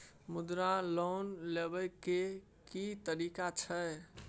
मुद्रा लोन लेबै के की तरीका छै?